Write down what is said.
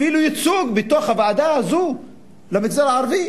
אפילו ייצוג בתוך הוועדה הזאת למגזר הערבי,